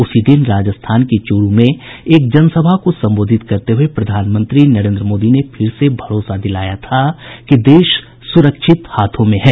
उसी दिन राजस्थान के चूरू में एक जनसभा को संबोधित करते हुए प्रधानमंत्री नरेन्द्र मोदी ने फिर से यह भरोसा दिलाया था कि देश सुरक्षित हाथों में है